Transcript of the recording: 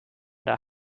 der